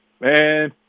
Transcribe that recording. Man